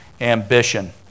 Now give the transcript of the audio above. ambition